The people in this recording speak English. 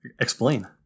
Explain